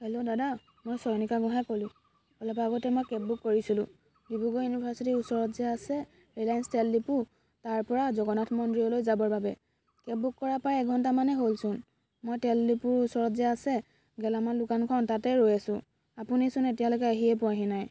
hello দাদা মই চয়নিকা গোঁহায়ে ক'লোঁ অলপ আগতে মই কেব বুক কৰিছিলোঁ ডিব্ৰুগড় ইউনিভাৰ্ছিটিৰ ওচৰত যে আছে ৰিলায়েঞ্চ তেল দিপু তাৰপৰা জগন্নাথ মন্দিৰলৈ যাবৰ বাবে কেব বুক কৰা প্ৰায় এঘণ্টা মানেই হ'লচোন মই তেল দিপুৰ ওচৰত যে আছে গেলামাল দোকানখন তাতে ৰৈ আছোঁ আপুনিচোন এতিয়ালৈকে আহিয়েই পোৱাহি নাই